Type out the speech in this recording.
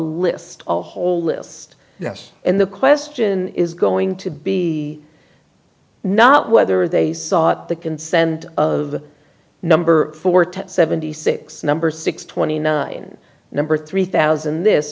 list of a whole list yes and the question is going to be not whether they sought the consent of the number four to seventy six number six twenty nine number three thousand this